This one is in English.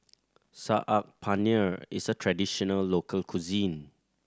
Saag Paneer is a traditional local cuisine